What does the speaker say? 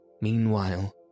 Meanwhile